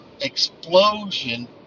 explosion